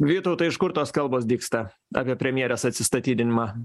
vytautai iš kur tos kalbos dygsta apie premjerės atsistatydinimą